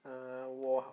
err 我